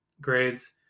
grades